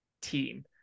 team